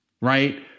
right